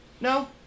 No